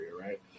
right